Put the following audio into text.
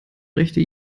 rechte